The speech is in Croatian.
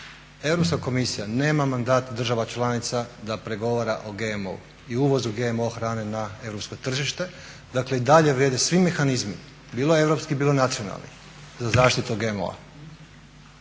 Europska komisija nema mandat država članica da pregovara o GMO-u i uvozu GMO hrane na europsko tržište. Dakle, i dalje vrijede svi mehanizmi, bilo europski, bilo nacionalni za zaštitu GMO-a.